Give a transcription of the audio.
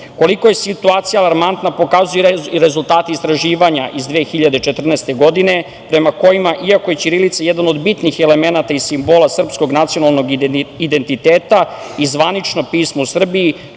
je situacija alarmantna pokazuju i rezultati istraživanja iz 2014. godine prema kojima, iako je ćirilica jedan od bitnih elemenata i simbola srpskog nacionalnog identiteta i zvanično pismo u Srbiji,